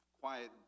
quiet